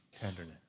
tenderness